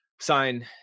sign